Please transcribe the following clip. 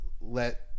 let